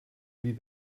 wie